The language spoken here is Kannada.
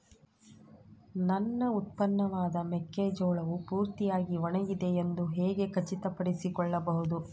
ನನ್ನ ಉತ್ಪನ್ನವಾದ ಮೆಕ್ಕೆಜೋಳವು ಪೂರ್ತಿಯಾಗಿ ಒಣಗಿದೆ ಎಂದು ಹೇಗೆ ಖಚಿತಪಡಿಸಿಕೊಳ್ಳಬಹುದು?